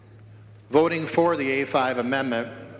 voting for the a five amendment